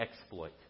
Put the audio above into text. exploit